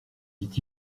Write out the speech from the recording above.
dit